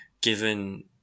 given